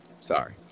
Sorry